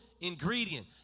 ingredient